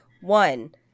one